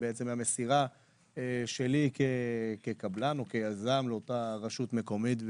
מהמסירה שלי, כקבלן או כיזם, לאותה הרשות המקומית.